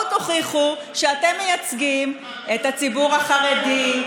בואו תוכיחו שאתם מייצגים את הציבור החרדי,